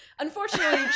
Unfortunately